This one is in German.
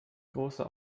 großer